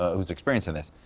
who has experience in this.